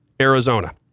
Arizona